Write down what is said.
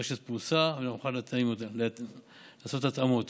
הרשת פרוסה, אני מוכן לעשות התאמות.